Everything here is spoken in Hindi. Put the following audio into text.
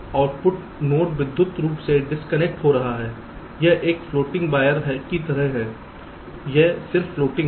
तो आउटपुट नोड विद्युत रूप से डिस्कनेक्ट हो गया है यह एक फ्लोटिंग वायर की तरह है यह सिर्फ फ्लोटिंग है